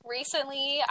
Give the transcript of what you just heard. Recently